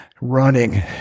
running